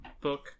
Book